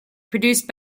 produced